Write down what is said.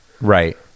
Right